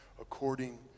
according